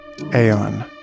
aeon